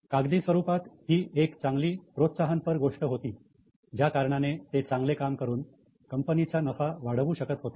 कागदी स्वरूपात ही एक चांगली प्रोत्साहनपर गोष्ट होती ज्या कारणाने ते चांगले काम करून कंपनीचा नफा वाढवू शकत होते